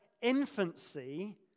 infancy